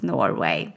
Norway